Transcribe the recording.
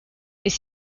ist